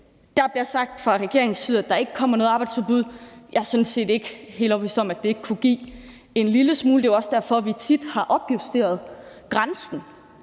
Der bliver sagt fra regeringens side, at der ikke kommer noget arbejdsudbud. Jeg er sådan set ikke helt overbevist om, at det ikke kunne give en lille smule. Det er jo også derfor, vi tit har opjusteret grænsen,